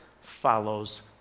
follows